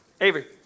Avery